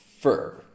fur